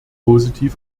positiv